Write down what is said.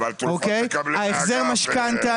החזר המשכנתא,